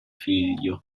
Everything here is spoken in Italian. figlio